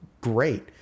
great